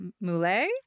Mule